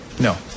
No